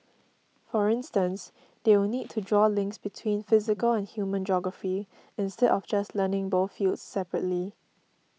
for instance they will need to draw links between physical and human geography instead of just learning both fields separately